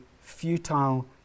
futile